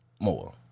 More